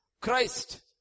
Christ